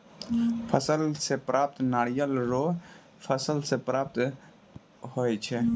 फल से प्राप्त नारियल रो फल से ज्यादा प्राप्त हुवै छै